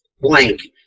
blank